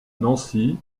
nancy